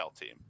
team